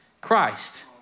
Christ